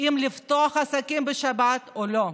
אם לפתוח עסקים בשבת או לא.